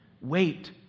wait